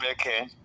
Okay